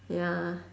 ya